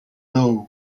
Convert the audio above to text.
low